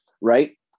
Right